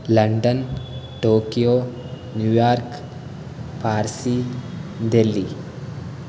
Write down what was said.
London Tokyo New York Paris Delhi